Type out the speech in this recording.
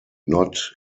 not